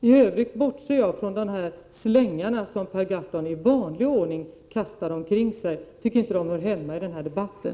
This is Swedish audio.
I övrigt bortser jag från de slängar som Per Gahrton i vanlig ordning utdelar. Jag tycker inte att de hör hemma i den här debatten.